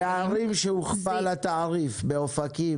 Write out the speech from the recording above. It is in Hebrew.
בערים בהן הוכפל התעריף באופקים,